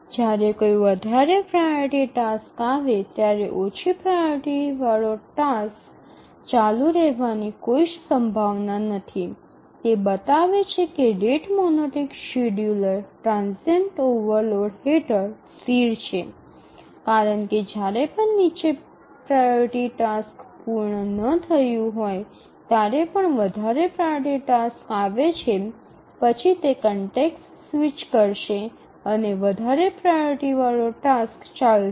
જ્યારે કોઈ વધારે પ્રાઓરિટી ટાસ્ક આવે ત્યારે ઓછી પ્રાઓરિટી વાળો ટાસ્ક ચાલુ રહેવાની કોઈ સંભાવના નથી અને તે બતાવે છે કે rate monotonic schedule transient overload હેઠળ સ્થિર છે કારણ કે જ્યારે પણ નીચી પ્રાઓરિટી ટાસ્ક પૂર્ણ ન થયું હોય ત્યારે પણ વધારે પ્રાઓરિટી ટાસ્ક આવે છે પછી તે કન્ટેક્ષ સ્વિચ કરશે અને વધારે પ્રાઓરિટી ટાસ્ક ચાલશે